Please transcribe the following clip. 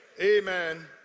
Amen